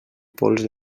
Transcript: pols